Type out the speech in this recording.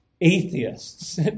Atheists